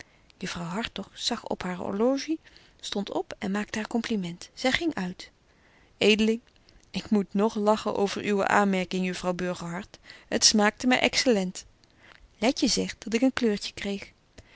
juffrouw hartog zag op haar orlogie stondt op en maakte haar compliment zy ging uit edeling ik moet nog lachen over uwe aanmerking juffrouw burgerhart het smaakte my excellent letje zegt dat ik een kleurtje kreeg